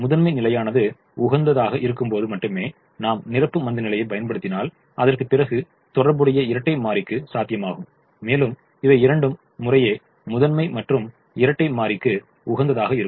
முதன்மை நிலையானது உகந்ததாக இருக்கும்போது மட்டுமே நாம் நிரப்பு மந்தநிலையைப் பயன்படுத்தினால் அதற்கு பிறகு தொடர்புடைய இரட்டை மாறிக்கு சாத்தியமாகும் மேலும் இவை இரண்டும் முறையே முதன்மை மற்றும் இரட்டை மாறிக்கு உகந்ததாக இருக்கும்